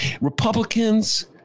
Republicans